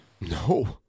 No